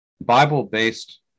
Bible-based